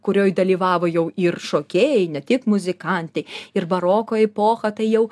kurioj dalyvavo jau ir šokėjai ne tik muzikantai ir baroko epocha tai jau